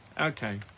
Okay